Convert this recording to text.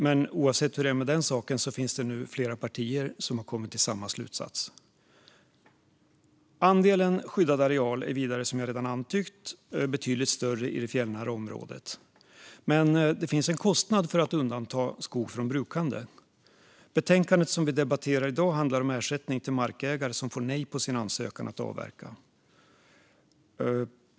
Men oavsett hur det är med den saken finns det nu flera partier som har kommit till samma slutsats. Andelen skyddad areal är vidare, som jag redan har antytt, betydligt större i det fjällnära området. Men det finns en kostnad för att undanta skog från brukande. Det betänkande som vi debatterar i dag handlar om ersättning till markägare som får nej på sin ansökan att avverka.